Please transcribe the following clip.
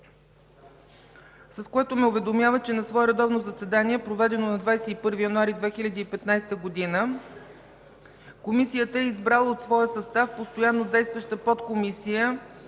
с което ме уведомява, че на свое редовно заседание, проведено на 21 януари 2015 г., Комисията е избрала от своя състав постоянно действаща Подкомисия